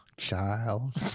Child